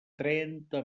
trenta